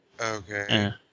Okay